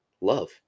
love